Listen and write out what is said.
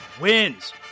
wins